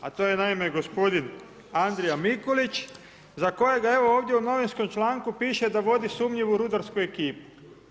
A to je naime gospodin Andrija Mikulić, za kojega evo ovdje u novinskom članku piše da vodi sumnjivu rudarsku ekipu.